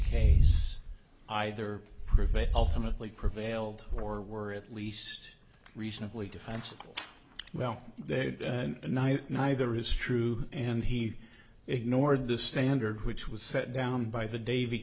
case either prove it ultimately prevailed or were at least reasonably defense well neither is true and he ignored the standard which was set down by the dav